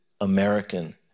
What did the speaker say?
American